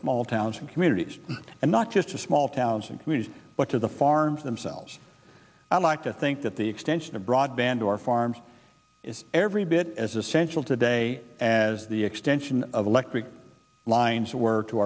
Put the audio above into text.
small towns and communities and not just a small towns and communities but to the farms themselves i like to think that the extension of broadband to our farms is every bit as essential today as the extension of electric lines were to